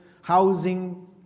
housing